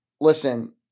listen